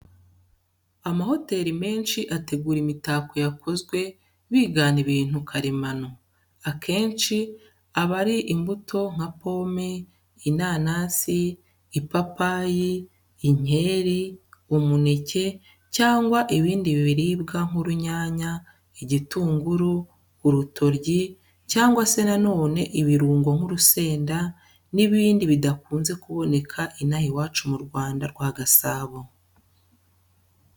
Amahoteri menshi ategura imitako yakozwe bigana ibintu karemano, akenshi aba ari imbuto nka pome, inanasi, ipapayi, inkeri, umuneke cyangwa ibindi biribwa nk'urunyanya, igitunguru, urutoryi cyangwa se na none ibirungo nk'urusenda n'ibindi bidakunze kuboneka inaha iwacu mu Rwanda rwa Gasabo.